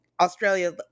Australia